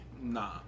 Nah